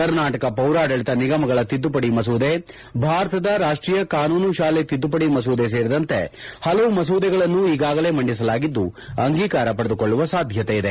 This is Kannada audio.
ಕರ್ನಾಟಕ ಪೌರಾಡಳಿತ ನಿಗಮಗಳ ತಿದ್ಲುಪಡಿ ಮಸೂದೆ ಭಾರತದ ರಾಷ್ಷೀಯ ಕಾನೂನು ತಾಲೆ ತಿದ್ಲುಪಡಿ ಮಸೂದೆ ಸೇರಿದಂತೆ ಪಲವು ಮಸೂದೆಗಳನ್ನು ಈಗಾಗಲೇ ಮಂಡಿಸಲಾಗಿದ್ದು ಅಂಗೀಕಾರ ಪಡೆದುಕೊಳ್ಳುವ ಸಾಧ್ಯತೆ ಇದೆ